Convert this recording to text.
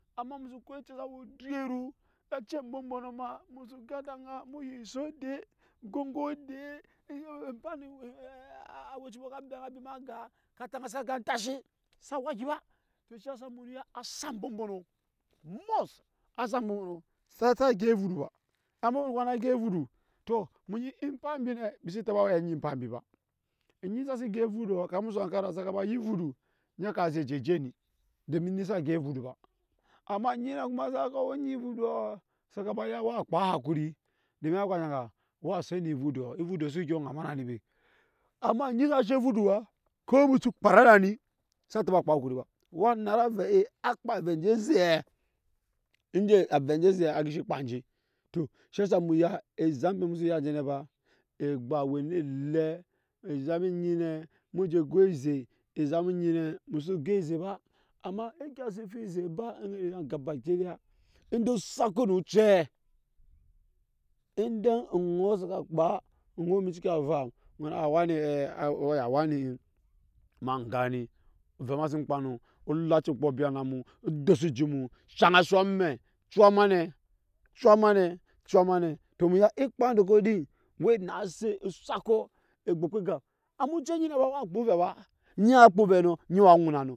Amma musu ko ocɛ sa we egyɛru acɛ ambɔ mbɔnɔ ma musu gan ede aŋa mu ya esok edee goŋgo edee epan mbe aweci mbɔ sa beŋa abi eme agaa, ka ataŋasi agaa entanshe sa waki ba to shiyasa mu ya asak ambɔ mbɔnɔ must asak ambɔ-mbɔnɔ sa gyɛp evudu ba, ambɔ-mbɔnɔ kuma ne mbisi taba we anyi ba onyi sasi gyep evadus kami musu hankara saka ba ya evudu ni ka zek je oje ni domi eni sa gyep evudu ba. amma anyi ne kuma sa gyep evuduɔ saka ba ya waa kpaa hakuri domi akpaa enshe aga a set nu evudus evudus su gyo ŋama nani be amma onyi sa she evudu ba ko mu ci kpana ne nani sa taba kpaa ankuri ba wa nara re ee a kpaa ave anje ezɛɛ ende ave anje aze agishi kpaa nje to shiyasa mu ya ezam musu ya nje ne ba egba we ne elem ezam nyine mu je go eze ezam nyi ne mu je go eze ba amma egya e si fu eze ba anet ezam gaba kida ende osakɔ nu ocɛɛ endan onɔɔ saka kpaa onɔɔenciki avam uwani ema gani ovɛ ema si kpaa nɔ elaci obwo abwi annamu o dosi ejut mu shaŋ asu amɛ ciya ema ne ciya ma ne ciya ma ne to e kpaa ndɔkɔ din cue na se osakɔ egbekpa egap amma ocɛ oŋɔ ŋɔm wa gba ovɛ ba eni wa kpaa ovɛ nɔ eni wa ŋuna nɔ